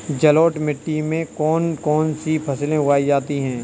जलोढ़ मिट्टी में कौन कौन सी फसलें उगाई जाती हैं?